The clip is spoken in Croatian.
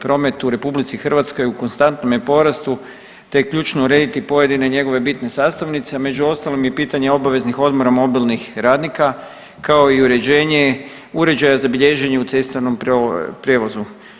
Promet u RH je u konstantnome porastu, te je ključno urediti pojedine njegove bitne sastavnice među ostalim i pitanje obveznih odmora mobilnih radnika kao i uređenje uređaja za bilježenje u cestovnom prijevozu.